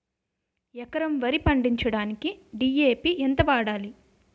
ఎకరం వరి పండించటానికి డి.ఎ.పి ఎంత వాడాలి?